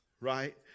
right